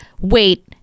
Wait